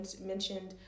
mentioned